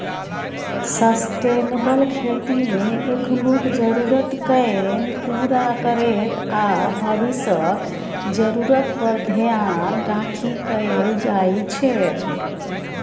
sustainable खेतीमे एखनुक जरुरतकेँ पुरा करैत आ भबिसक जरुरत पर धेआन राखि कएल जाइ छै